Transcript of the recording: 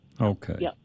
Okay